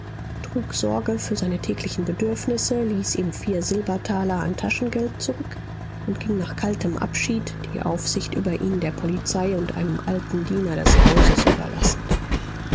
trug sorge für seine täglichen bedürfnisse ließ ihm vier silbertaler an taschengeld zurück und ging nach kaltem abschied die aufsicht über ihn der polizei und einem alten diener des hauses überlassend